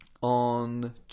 on